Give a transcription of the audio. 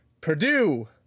Purdue